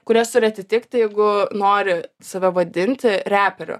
kurias turi atitikti jeigu nori save vadinti reperiu